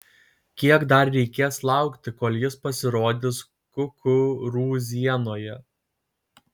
kiek dar reikės laukti kol jis pasirodys kukurūzienoje